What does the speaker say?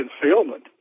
concealment